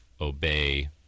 obey